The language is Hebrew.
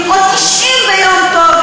אף אחד לא מחזיק אותך בכוח.